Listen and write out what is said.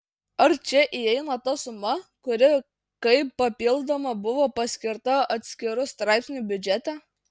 ar čia įeina ta suma kuri kaip papildoma buvo paskirta atskiru straipsniu biudžete